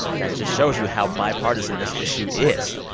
that just shows you how bipartisan this issue is.